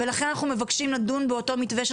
ולכן אנחנו מבקשים לדון באותו מתווה של